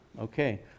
okay